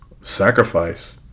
sacrifice